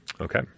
Okay